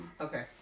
Okay